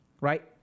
Right